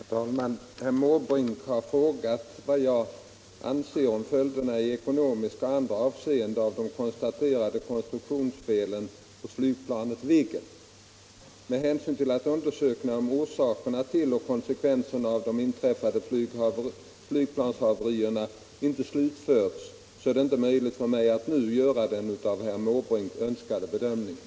Herr talman! Herr Måbrink har frågat vad jag anser om följderna i ekonomiska och andra avseenden av de konstaterade konstruktionsfelen hos flygplanet Viggen. Med hänsyn till att undersökningarna om orsaker till och konsekvenser av de inträffade flygplanshaverierna inte slutförts är det inte möjligt för mig att nu göra den av herr Måbrink önskade bedömningen.